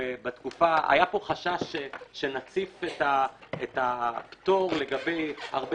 היה פה חשש שנציף את הפטור לגבי הרבה